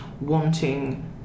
wanting